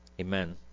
Amen